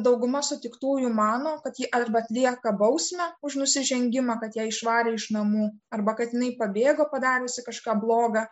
dauguma sutiktųjų mano kad ji arba atlieka bausmę už nusižengimą kad ją išvarė iš namų arba kad jinai pabėgo padariusi kažką bloga